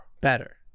Better